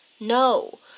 no